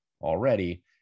already